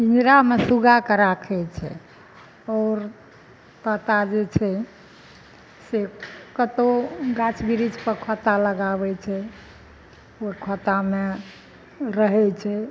पिंजरामे सुग्गाके राखै छै आओर तोता जे छै से कतौ गाछ बृक्षपर खोत्ता लगाबै छै ओ खोत्तामे रहै छै